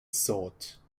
sort